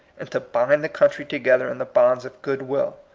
and to bind the country together in the bonds of good will.